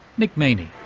nick meaney.